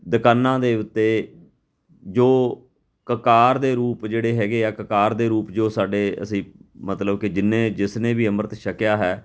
ਦੁਕਾਨਾਂ ਦੇ ਉੱਤੇ ਜੋ ਕਕਾਰ ਦੇ ਰੂਪ ਜਿਹੜੇ ਹੈਗੇ ਆ ਕਕਾਰ ਦੇ ਰੂਪ ਜੋ ਸਾਡੇ ਅਸੀਂ ਮਤਲਬ ਕਿ ਜਿੰਨੇ ਜਿਸਨੇ ਵੀ ਅੰਮ੍ਰਿਤ ਛਕਿਆ ਹੈ